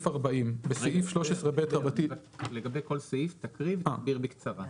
רגע, לגבי כל סעיף תקריא ותסביר בקצרה.